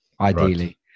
ideally